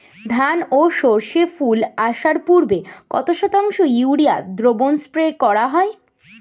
ধান ও সর্ষে ফুল আসার পূর্বে কত শতাংশ ইউরিয়া দ্রবণ স্প্রে করা হয়?